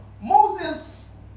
Moses